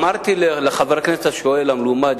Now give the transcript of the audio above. אמרתי לחבר הכנסת השואל המלומד,